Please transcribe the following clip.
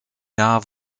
jahr